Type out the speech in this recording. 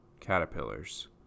caterpillars